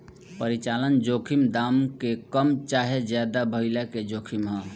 परिचालन जोखिम दाम के कम चाहे ज्यादे भाइला के जोखिम ह